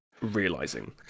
realizing